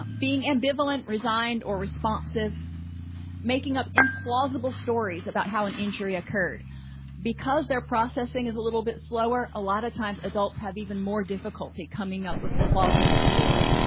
um being ambivalent resigned or responsive making up implausible stories about how an injury occurred because their processing is a little bit slower a lot of times adults have even more difficulty coming up with a plausible story